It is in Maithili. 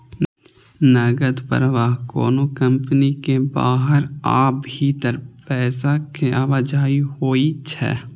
नकद प्रवाह कोनो कंपनी के बाहर आ भीतर पैसा के आवाजही होइ छै